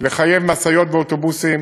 לחייב משאיות ואוטובוסים,